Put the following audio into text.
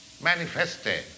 manifested